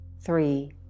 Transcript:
three